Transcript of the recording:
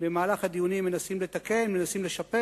שבמהלך הדיונים בהחלט מנסים לתקן, מנסים לשפר.